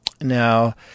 Now